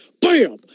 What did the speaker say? Bam